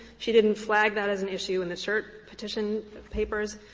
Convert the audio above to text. she didn't flag that as and issue in the cert petition papers,